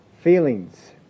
feelings